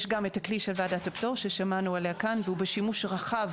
יש גם את הכלי של ועדת הפטור ששמענו עליה כאן והוא בשימוש רחב.